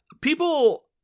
People